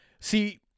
See